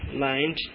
lined